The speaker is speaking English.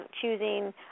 choosing